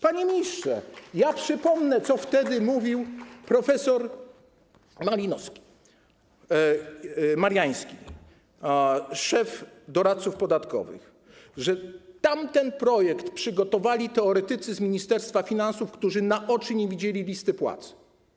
Panie ministrze, przypomnę, co wtedy mówił prof. Mariański - szef doradców podatkowych: tamten projekt przygotowali teoretycy z Ministerstwa Finansów, którzy na oczy nie widzieli listy płac.